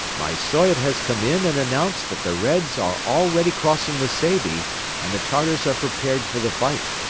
my soyot has come in and announced that the reds are already crossing the seybi and the tartars are prepared for the fight.